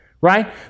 right